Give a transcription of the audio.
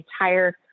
entire